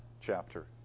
chapter